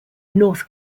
north